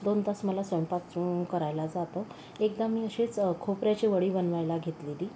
दोन तास मला स्वयंपाक करायला जातो एकदा मी असेच खोबऱ्याची वडी बनवायला घेतलेली